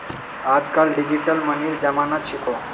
आजकल डिजिटल मनीर जमाना छिको